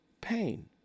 Pain